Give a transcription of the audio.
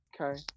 okay